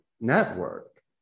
network